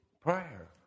prayer